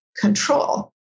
control